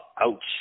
Ouch